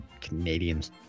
Canadians